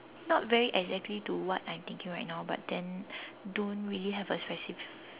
not very exactly to what I'm thinking right now but then don't really have a specifi~